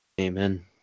Amen